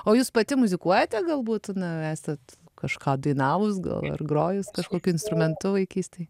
o jūs pati muzikuojate galbūt na esat kažką dainavus gal ar grojus kažkokiu instrumentu vaikystėj